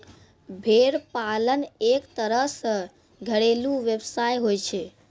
भेड़ पालन एक तरह सॅ घरेलू व्यवसाय होय छै